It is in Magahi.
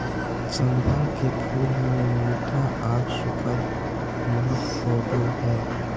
चंपा के फूल मे मीठा आर सुखद महक होवो हय